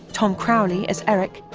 tom crowley as eric,